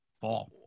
fall